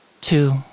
two